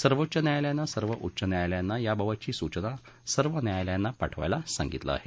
सर्वोच्च न्यायालयानं सर्व उच्च न्यायालयाना याबाबतची सूचना सर्व न्यायालयाना पाठवायला सांगितलं आहे